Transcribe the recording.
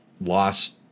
lost